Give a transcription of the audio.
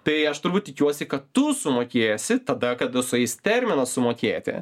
tai aš turbūt tikiuosi kad tu sumokėsi tada kada sueis terminas sumokėti